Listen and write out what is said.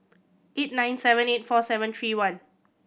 eight nine seven eight four seven three one